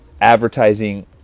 advertising